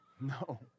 No